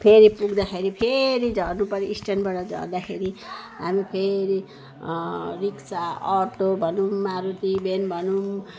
फेरि पुग्दाखेरि फेरि झर्नुपऱ्यो स्ट्यान्डबाट झर्दाखेरि हामी फेरि रिक्सा अटो भनौँ मारुती भ्यान भनौँ